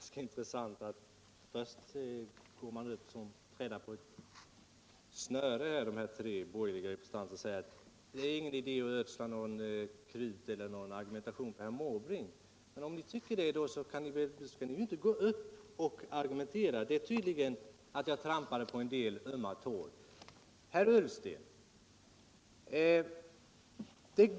Herr talman! Det är ganska intressant att höra de tre borgerliga representanterna som trädda på ett snöre säga att det inte är stor idé att ödsla något krut eller någon argumentation på herr Måbrink. Om ni tycker det skall ni inte gå upp och argumentera. Det är tydligt att jag trampat på en del ömma tår. Herr Ullsten!